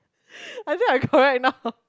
I think I correct now